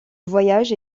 voyage